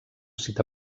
cita